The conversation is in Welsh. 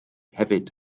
hefyd